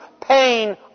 pain